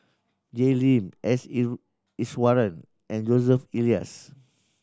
Jay Lim S Iswaran and Joseph Elias